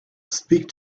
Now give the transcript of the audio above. speak